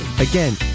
Again